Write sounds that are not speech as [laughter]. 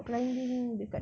[noise]